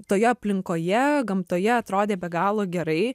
toje aplinkoje gamtoje atrodė be galo gerai